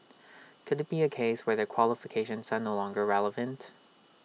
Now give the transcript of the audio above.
could IT be A case where their qualifications are no longer relevant